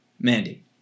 Mandy